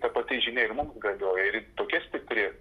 ta pati žinia ir mums galioja ir ji tokia stipri